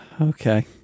okay